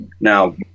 now